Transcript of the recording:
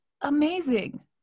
amazing